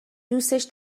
دوستش